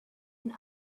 and